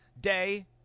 day